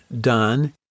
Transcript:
done